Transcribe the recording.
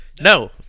No